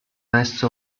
esso